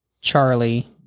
Charlie